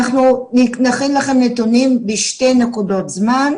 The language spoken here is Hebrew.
אנחנו נכין לכם נתונים בשתי נקודות זמן,